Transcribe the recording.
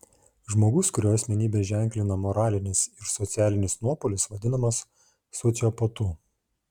žmogus kurio asmenybę ženklina moralinis ir socialinis nuopolis vadinamas sociopatu